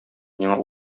миңа